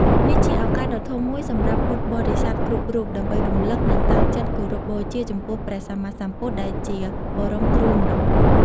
នេះជាឱកាសដ៏ធំមួយសម្រាប់ពុទ្ធបរិស័ទគ្រប់រូប ដើម្បីរំលឹក និងតាំងចិត្តគោរពបូជាចំពោះព្រះសម្មាសម្ពុទ្ធ ដែលជាបមរគ្រូមនុស្ស។